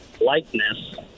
likeness